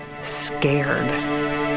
scared